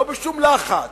לא בשום לחץ,